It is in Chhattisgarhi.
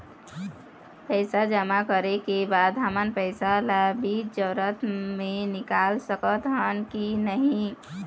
पैसा जमा करे के बाद हमन पैसा ला बीच जरूरत मे निकाल सकत हन की नहीं?